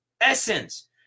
essence